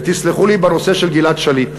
ותסלחו לי, בנושא של גלעד שליט,